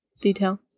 detail